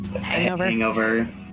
Hangover